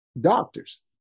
doctors